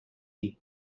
and